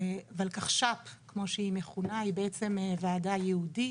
הוולקחש"פ, כמו שהיא מכונה, היא ועדה ייעודית